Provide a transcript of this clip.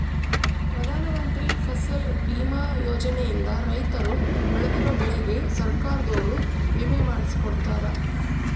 ಪ್ರಧಾನ ಮಂತ್ರಿ ಫಸಲ್ ಬಿಮಾ ಯೋಜನೆ ಇಂದ ರೈತರು ಬೆಳ್ದಿರೋ ಬೆಳೆಗೆ ಸರ್ಕಾರದೊರು ವಿಮೆ ಮಾಡ್ಸಿ ಕೊಡ್ತಾರ